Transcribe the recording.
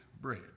bread